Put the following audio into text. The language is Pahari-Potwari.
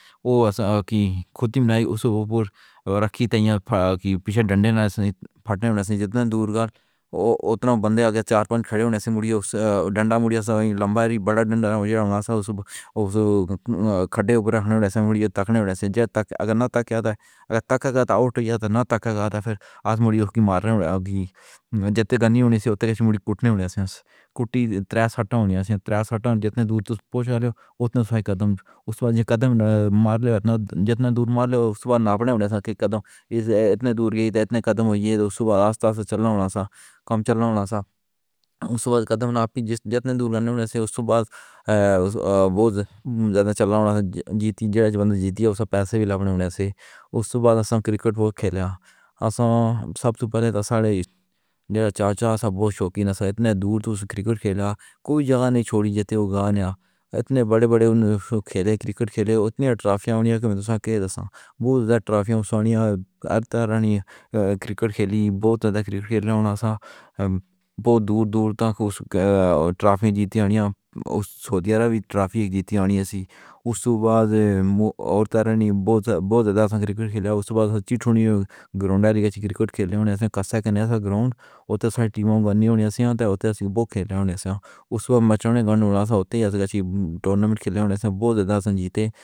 اواس دی کھوتی اے، نئیں اُس تے رکھ دتا کہ پیچھے ڈنڈے نال پھٹنا ہو جاندا اے۔ تے بندہ چار-پنج کھڑے ہونے توں مڑ جاندا اے، ڈنڈا مڑ جاندا اے۔ سوائیں لمبا تے وڈا ڈنڈا کھڈے تے رہنے نال تکڑے تک۔ اگر نہ "تاکہ" ہووے، اگر "تاکہ" آ جاندا اے تے آؤٹ ہو جاندا اے ناں؟ "تاکہ" آندا اے، پھر آدھی مڑدی مر رہی ہوندی اے۔ جتنی گندی ہونی چاہیدی اے، اوتھے تک مڑی کُٹنی چاہیدی اے۔ کُٹی تراس ہٹانی چاہیدی اے، تراس ہٹاونی چاہیدی اے۔ جتنے دور پہنچ جاندے نیں، اتنے ای قدم اُس ویلے قدم مار لیندے نیں۔ جتنے دور مار لیو، اُس ویلے ناپنے ہوندے نیں: "کڑم، اتنے دور گئے؟ تین قدم ہوئے نیں۔ آستہ آستہ چلنا ہوندا سی، گھٹ چلنا ہوندا سی۔ اُس ویلے قدم ناپے جتنے دور گئے سن، اُس ویلے تُساں بہت زیادہ چلنا ہوندا اے۔ جیتی جیت اے، پیسے وی لگنے ہوندے نیں۔ اُس ویلے کرکٹ کھیڈی اے۔ سب توں پہلے چار-چار بوڑھے شوقین سن، اِنّے دور توں کرکٹ کھیڈ رہے سن۔ کوئی تھاں نئیں چھڈی جتھے اوہ گئے نہ ہون۔ اِنّے وڈے وڈے کھیڈے، کرکٹ کھیڈے، اِنّیاں ٹرافیاں ہوندیاں نیں۔ دوسے دے دسو، بہت ساریاں ٹرافیاں سونیاں۔ ارے تارا نے کرکٹ کھیڈی، بہت زیادہ کرکٹ کھیڈ رہیا اے گا۔ بہت دور دور تک ٹرافیاں جِتیاں آئیاں، سونے دیاں ٹرافیاں جِتیاں آئیاں۔ اسی اُس ویلے مو عورتاں نے بہت زیادہ کرکٹ کھیڈا۔ اُس ویلے جی ٹھنو گراؤنڈ رکھی کرکٹ کھیڈی ہوئی سی۔ کسے اک نے سا گراؤنڈ تے ساڑی ٹیم بننی سی تھی، اُسنوں بہت کھیڈایا سی۔ اُس ویلے مچھولنے گناڑا سا ہوندی جی، ٹورنامنٹ کھیڈی ہوندی توں بہت تازہ جِتی۔